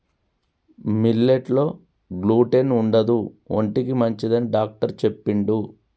millet లో gluten ఉండదు ఒంటికి మంచిదని డాక్టర్ చెప్పిండు